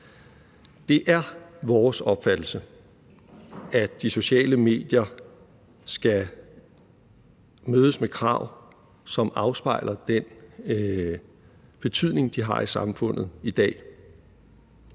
Det er vores opfattelse, at de sociale medier skal mødes med krav, som afspejler den betydning, de har i samfundet i dag,